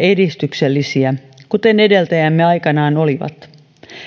edistyksellisiä kuten edeltäjämme aikoinaan olivat